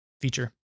feature